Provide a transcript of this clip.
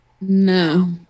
No